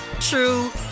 true